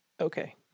okay